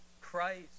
Christ